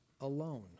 alone